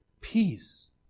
peace